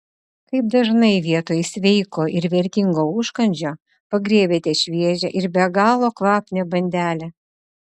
kaip dažnai vietoj sveiko ir vertingo užkandžio pagriebiate šviežią ir be galo kvapnią bandelę